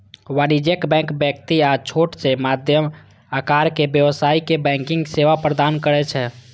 वाणिज्यिक बैंक व्यक्ति आ छोट सं मध्यम आकारक व्यवसायी कें बैंकिंग सेवा प्रदान करै छै